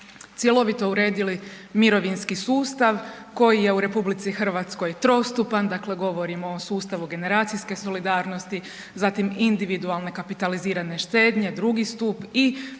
cjelovito uredili mirovinski sustav koji je u RH trostupan, dakle govorimo o sustavu generacijske solidarnosti, zatim individualne kapitalizirane štednje II stup i